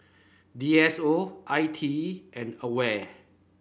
D S O I T E and Aware